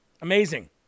Amazing